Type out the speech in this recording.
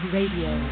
Radio